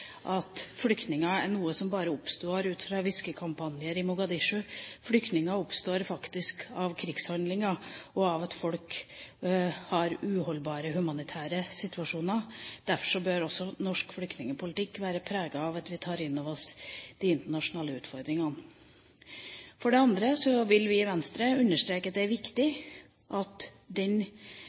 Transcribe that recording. at flyktningproblem er noe som bare oppstår ut fra hviskekampanjer i Mogadishu. Det oppstår faktisk av krigshandlinger og av at folk har uholdbare humanitære situasjoner. Derfor bør også norsk flyktningpolitikk være preget av at vi tar inn over oss de internasjonale utfordringene. For det andre vil vi i Venstre understreke at det er viktig at den